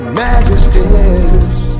majesties